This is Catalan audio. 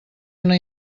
una